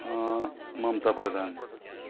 Mamata Pradhan